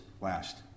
last